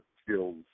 skills